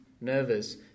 nervous